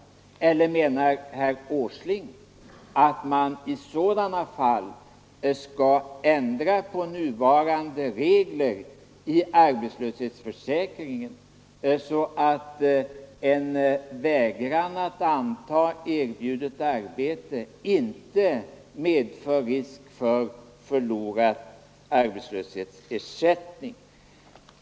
Menar herr Åsling att man i sådana fall skulle ändra på nuvarande regler i arbetslöshetsförsäkringen, så att en vägran att anta erbjudet arbete inte medför risk för förlorad arbetslöshetsersättning?